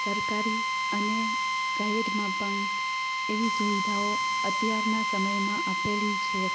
સરકારી અને પ્રાઇવેટમાં પણ એવી સુવિધાઓ અત્યારનાં સમયમાં આપેલી છે